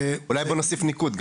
אולי נוסיף ניקוד.